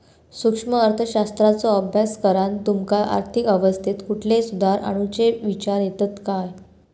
सूक्ष्म अर्थशास्त्राचो अभ्यास करान तुमका आर्थिक अवस्थेत कुठले सुधार आणुचे विचार येतत काय?